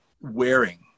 wearing